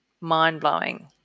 mind-blowing